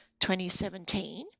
2017